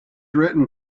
written